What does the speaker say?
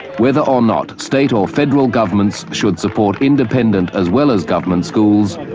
whether or not state or federal governments should support independent as well as government schools,